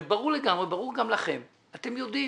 זה ברור לגמרי, ברור גם לכם, ואתם יודעים